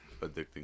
addicting